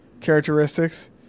characteristics